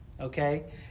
Okay